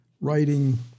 writing